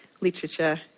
literature